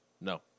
No